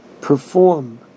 perform